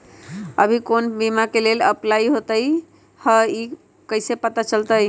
अभी कौन कौन बीमा के लेल अपलाइ होईत हई ई कईसे पता चलतई?